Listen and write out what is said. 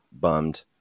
bummed